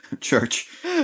Church